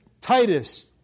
Titus